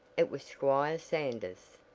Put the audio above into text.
it was squire sanders!